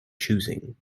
choosing